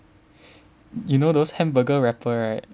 you know those hamburger wrapper right